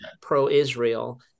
pro-Israel